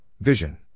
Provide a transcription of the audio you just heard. Vision